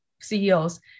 CEOs